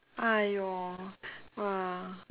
!aiyo! !wah!